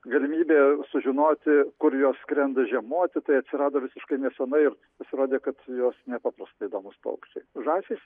galimybė sužinoti kur jos skrenda žiemoti tai atsirado visiškai nesenai ir pasirodė kad jos nepaprastai įdomūs paukščiai žąsys